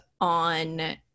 on